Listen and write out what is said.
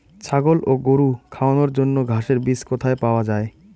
ছাগল ও গরু খাওয়ানোর জন্য ঘাসের বীজ কোথায় পাওয়া যায়?